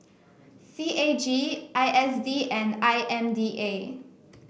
C A G I S D and I M D A